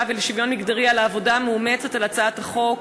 ולשוויון מגדרי על העבודה המאומצת על הצעת החוק: